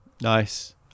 nice